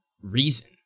reason